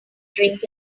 drink